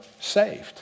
saved